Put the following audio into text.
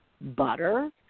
butter